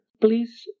please